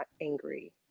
angry